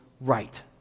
right